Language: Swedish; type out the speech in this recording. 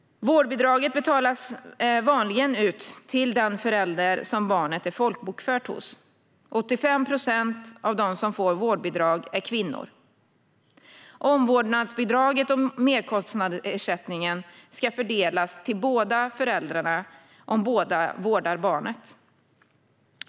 Vårdbidraget betalas vanligen ut till den förälder som barnet är folkbokfört hos. 85 procent av dem som får vårdbidrag är kvinnor. Omvårdnadsbidraget och merkostnadsersättningen ska fördelas till båda föräldrarna om båda vårdar barnet.